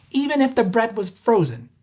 even if the bread was frozen.